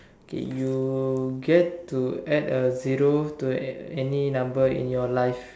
okay you get to add a zero to any number in your life